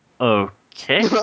Okay